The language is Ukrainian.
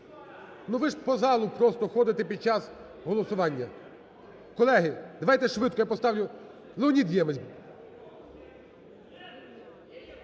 Ну, ви ж по залу просто ходите під час голосування. Колеги, давайте швидко я поставлю... Леонід Ємець.